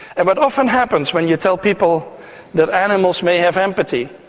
and what often happens when you tell people that animals may have empathy,